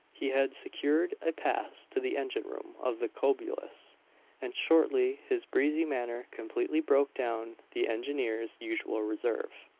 he had secured a pass to the engine-room of the cobulus and shortly his breezy manner completely broke down the engineer's usual reserve.